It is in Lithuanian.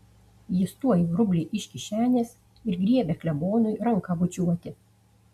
jis tuoj rublį iš kišenės ir griebia klebonui ranką bučiuoti